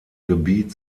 gebiet